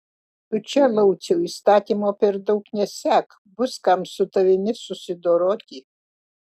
tu čia lauciau įstatymo per daug nesek bus kam su tavimi susidoroti